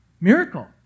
Miracle